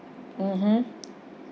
mmhmm